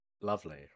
Lovely